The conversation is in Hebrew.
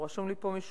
לא רשום לי פה,